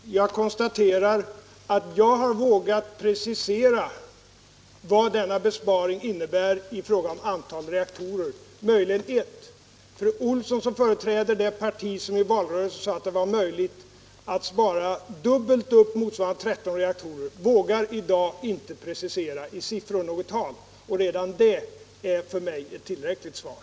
Herr talman! Jag konstaterar att jag har vågat precisera vad denna besparing innebär i fråga om antal reaktorer — möjligen en. Fru Olsson, som företräder det parti som i valrörelsen hävdade att det var möjligt att spara dubbelt så mycket som svarar mot 13 reaktorer, vågar inte i dag i siffror precisera någonting. Redan det är för mig tillräckligt svar.